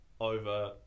over